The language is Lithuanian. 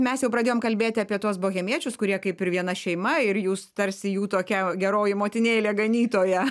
mes jau pradėjom kalbėti apie tuos bohemiečius kurie kaip ir viena šeima ir jūs tarsi jų tokia geroji motinėlė ganytoja